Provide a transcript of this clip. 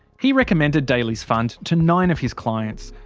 he recommended daly's fund to nine of his clients,